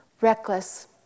Reckless